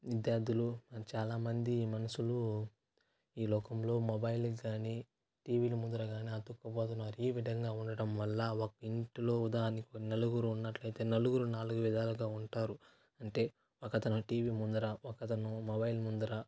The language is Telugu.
విద్యార్థులు చాలా మంది మనుషులు ఈ లోకంలో మొబైల్ కానీ టీవీలో ముందర కానీ అతుక్కుపోతాన్నారు ఈ విధంగా ఉండడం వల్ల ఒక ఇంట్లో ఉదాహరణకి నలుగురు ఉన్నట్లయితే నలుగురు నాలుగు విధాలుగా ఉంటారు అంటే ఒకతను టీవీ ముందర ఒకతను మొబైల్ ముందర